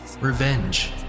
revenge